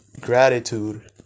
gratitude